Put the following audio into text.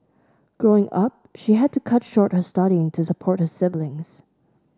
Growing Up she had to cut short her studying to support her siblings